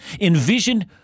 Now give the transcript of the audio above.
Envision